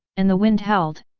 and the wind howled.